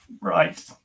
Right